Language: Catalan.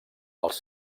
els